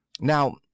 Now